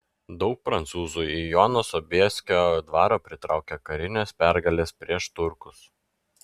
daug prancūzų į jono sobieskio dvarą pritraukė karinės pergalės prieš turkus